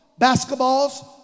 basketballs